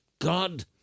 God